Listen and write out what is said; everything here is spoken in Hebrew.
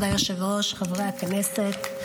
היושב-ראש, חברי הכנסת,